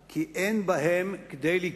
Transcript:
אבל צריך להכיר בעובדה שאין בהם כדי לקבוע